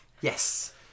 yes